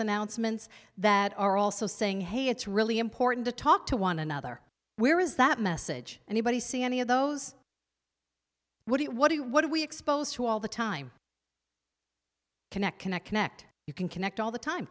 announcements that are also saying hey it's really important to talk to one another where is that message anybody see any of those what what do you what do we expose to all the time connect connect connect you can connect all the time